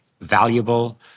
valuable